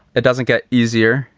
it doesn't get easier.